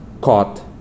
caught